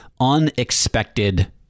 unexpected